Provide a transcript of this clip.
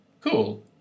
cool